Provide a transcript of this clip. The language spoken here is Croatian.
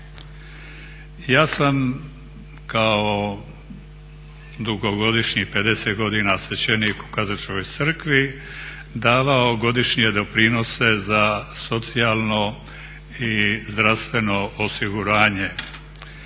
Ja sam kao dugogodišnji, 50 godina svećenik, davao godišnje doprinose za socijalno i zdravstveno osiguranje.